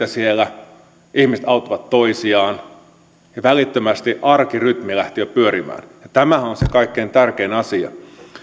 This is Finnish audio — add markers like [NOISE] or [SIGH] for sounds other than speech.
[UNINTELLIGIBLE] siellä lumitöitä ihmiset auttoivat toisiaan ja välittömästi arkirytmi lähti jo pyörimään tämähän on on se kaikkein tärkein asia